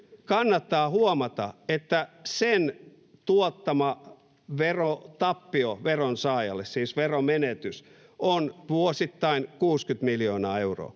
kannattaa huomata, että sen tuottama verotappio veronsaajalle, siis veromenetys, on vuosittain 60 miljoonaa euroa,